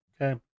Okay